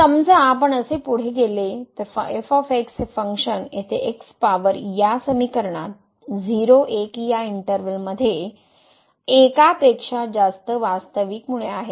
समजा आपण असे पुढे गेले तर f हे फंक्शन येथे x पॉवर या समीकरणात 0 1 या इंटर्वल मध्ये एकापेक्षा जास्त वास्तविक मुळे आहेत